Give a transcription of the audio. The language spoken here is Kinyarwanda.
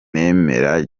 kimwe